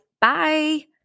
Bye